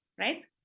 right